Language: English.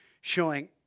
showing